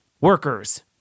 workers